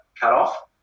cutoff